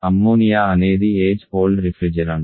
ammonia అనేది age old refrigerant